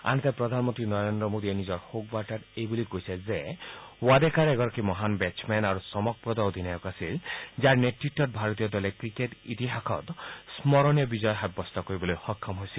আনহাতে প্ৰধানমন্ত্ৰী নৰেন্দ্ৰ মোডীয়ে নিজৰ শোকবাৰ্তাত এই বুলি কৈছে যে ৱাডেকাৰ এগৰাকী মহান বেট্ছমেন আৰু চমকপ্ৰদ অধিনায়ক আছিল যাৰ নেতৃত্বত ভাৰতীয় দলে ক্ৰিকেট ইতিহাসত স্মৰণীয় বিজয় সাব্যস্ত কৰিবলৈ সক্ষম হৈছিল